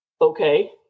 Okay